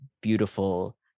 beautiful